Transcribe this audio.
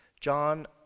John